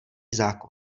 zákon